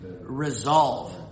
Resolve